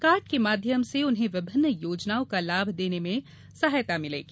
card के माध्यम से उन्हें विभिन्न योजनाओं का लाभ देने में सहायता मिलेगी